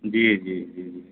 جی جی جی جی